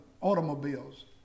automobiles